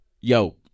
Yo